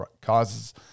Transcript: causes